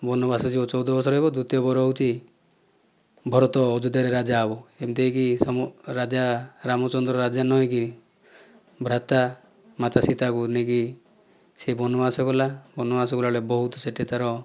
ବନବାସ ଯିବ ଚଉଦ ବର୍ଷ ରହିବ ଦ୍ୱିତୀୟ ବର ହେଉଛି ଭରତ ଅଯୋଧ୍ୟାରେ ରାଜା ହେବ ଏମିତି ହେଇକି ରାଜା ରାମଚନ୍ଦ୍ର ରାଜା ନ ହୋଇକି ଭ୍ରାତା ମାତା ସୀତାଙ୍କୁ ନେଇକି ସେ ବନବାସ ଗଲା ବନବାସ ଗଲାବେଳେ ବହୁତ ସେଠି ତା'ର